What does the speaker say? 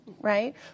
right